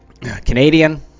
Canadian